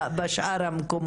בשאר המקומות.